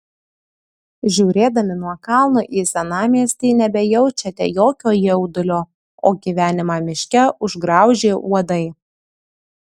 žiūrėdami nuo kalno į senamiestį nebejaučiate jokio jaudulio o gyvenimą miške užgraužė uodai